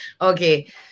Okay